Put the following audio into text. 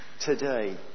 today